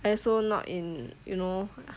I also not in you know